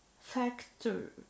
factor